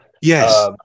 Yes